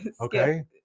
okay